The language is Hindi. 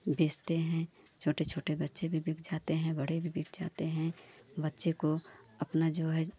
बेचते हैं छोटे छोटे बच्चे भी बिक जाते हैं बड़े भी बिक जाते हैं बच्चे को अपना जो है